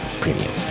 premium